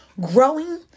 Growing